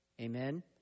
Amen